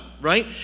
right